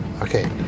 Okay